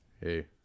Hey